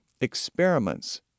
experiments